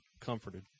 comforted